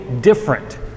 different